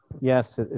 Yes